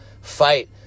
fight